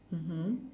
mmhmm